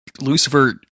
Lucifer